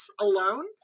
alone